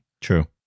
True